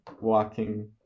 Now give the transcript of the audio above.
walking